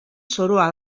zoroa